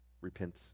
repent